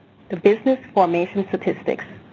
the business formation statistics,